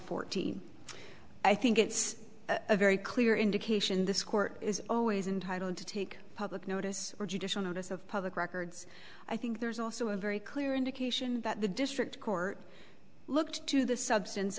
fourteen i think it's a very clear indication this court is always entitle to take public notice or judicial notice of public records i think there's also a very clear indication that the district court looked to the substance